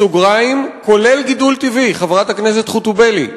בסוגריים: כולל גידול טבעי, חברת הכנסת חוטובלי,